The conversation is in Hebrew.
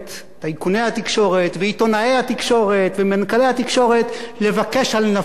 עיתונאי התקשורת ומנכ"לי התקשורת לבקש על נפשם עוד חצי שנת חיים,